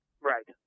Right